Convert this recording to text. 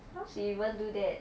!huh! she even do that